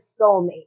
soulmate